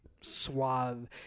suave